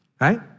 right